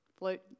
float